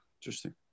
Interesting